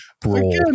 broad